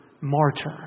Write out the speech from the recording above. martyr